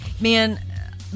man